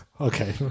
Okay